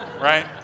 right